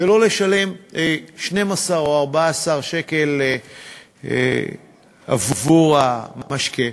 ולא לשלם 12 או 14 שקל עבור המשקה.